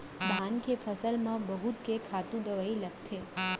धान के फसल म बहुत के खातू दवई लगथे